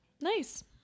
nice